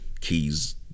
keys